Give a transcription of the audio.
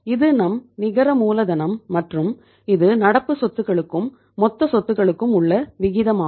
இது நம் நிகர மூலதனம் மற்றும் இது நடப்பு சொதுகளுக்கும் மொத்த சொதுகளுக்கும் உள்ள விகிதமாகும்